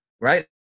right